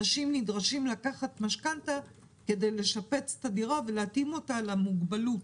אנשים נדרשים לקחת משכנתה כדי לשפץ את הדירה ולהתאים אותה למוגבלות.